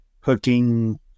hooking